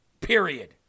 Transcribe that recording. period